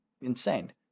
Insane